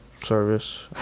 service